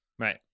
Right